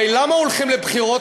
הרי למה הולכים לבחירות?